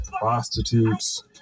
prostitutes